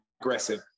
aggressive